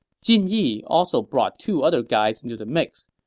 jin yi also brought two other guys into the mix.